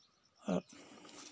और